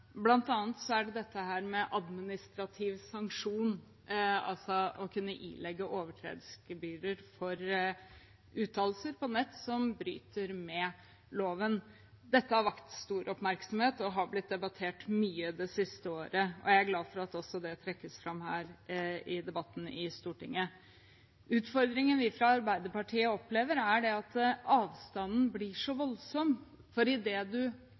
dette med administrativ sanksjon, altså å kunne ilegge overtredelsesgebyr for uttalelser på nett som bryter med loven. Dette har fått stor oppmerksomhet og har blitt debattert mye det siste året, og jeg er glad for at det trekkes fram også her i debatten i Stortinget. Utfordringen vi fra Arbeiderpartiet opplever, er at avstanden blir så voldsom, for